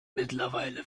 mittlerweile